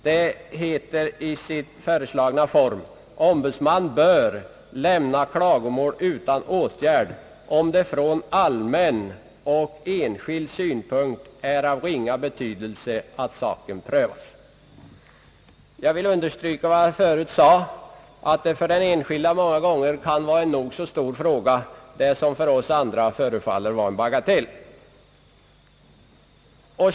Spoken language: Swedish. Paragrafen lyder i sin föreslagna form: »Ombudsman bör lämna klasomål utan åtgärd, om det från allmän och enskild synpunkt är av ringa betydelse att saken prövas.» Jag vill understryka vad jag förut sade att det för den enskilde många gånger kan vara en nog så stor fråga som för oss andra förefaller vara en bagatell.